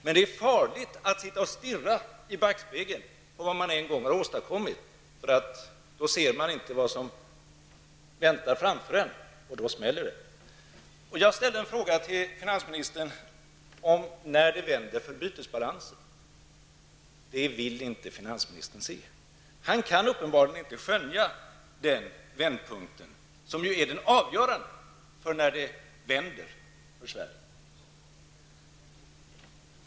Men det är farligt att sitta och stirra i backspegeln på vad man en gång har åstadkommit, för då ser man inte vad som väntar framför en, och då smäller det. Jag ställde en fråga till finansministern om när det vänder i bytesbalansen. Det vill finansministern inte svara på. Han kan uppenbarligen inte skönja den vändpunkten, som ju är det avgörande för när det vänder för Sverige.